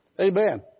Amen